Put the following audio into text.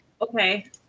okay